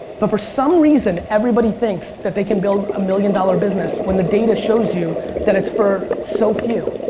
but for some reason everybody thinks that they can build a million-dollar business when the data shows you that it's for so few.